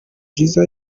jizzo